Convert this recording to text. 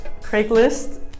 Craigslist